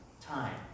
time